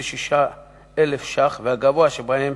26,000 שקלים, והגבוה שבהם